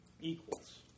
equals